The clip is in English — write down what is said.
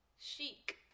chic